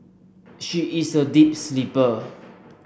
she is a deep sleeper